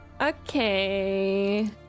Okay